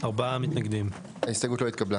הצבעה בעד 3 נגד 4 ההסתייגות לא התקבלה.